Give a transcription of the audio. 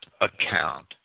account